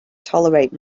tolerate